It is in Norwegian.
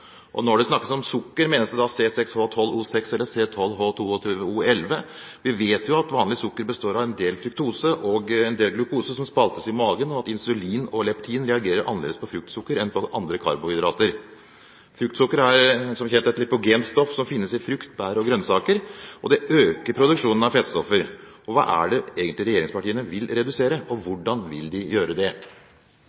jodinnhold? Når det snakkes om sukker, menes det da C6H12O6 eller C12H22O11? Vi vet jo at vanlig sukker består av en del fruktose og en del glukose som spaltes i magen, og at insulin og leptin reagerer annerledes på fruktsukker enn på andre karbohydrater. Fruktsukker er som kjent et lipogent stoff som finnes i frukt, bær og grønnsaker. Det øker produksjonen av fettstoffer. Hva er det regjeringspartiene egentlig vil redusere, og